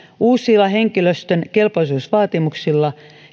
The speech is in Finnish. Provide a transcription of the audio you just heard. uusilla henkilöstön kelpoisuusvaatimuksilla